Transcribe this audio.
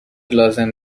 لازم